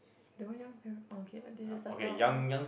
that one young parent oh okay they just settle out ah